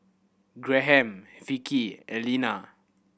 Graham Vickey Elena